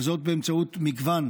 באמצעות מגוון